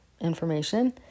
information